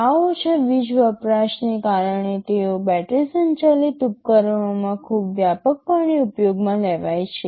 આ ઓછા વીજ વપરાશને કારણે તેઓ બેટરી સંચાલિત ઉપકરણોમાં ખૂબ વ્યાપકપણે ઉપયોગમાં લેવાય છે